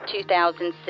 2006